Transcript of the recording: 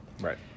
Right